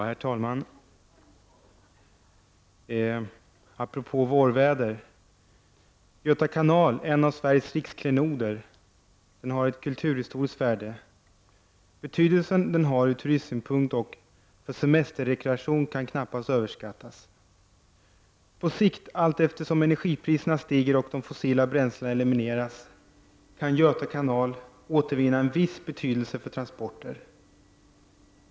Herr talman! Apropå vårvädret: Göta kanal är en av Sveriges riksklenoder. Den har ett kulturhistoriskt värde. Den betydelse den har ur turistsynpunkt och för semesterrekreation kan knappast överskattas. På sikt, allteftersom energipriserna stiger och de fossila bränslena elimineras, kan Göta kanal återvinna en viss betydelse för transporter.